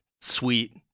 sweet